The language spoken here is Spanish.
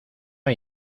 hay